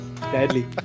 deadly